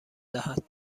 دهد